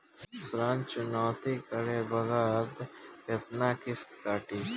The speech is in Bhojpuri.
ऋण चुकौती करे बखत केतना किस्त कटी?